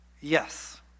Yes